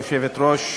גברתי היושבת-ראש,